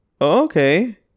okay